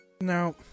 now